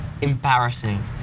embarrassing